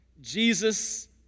Jesus